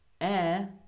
air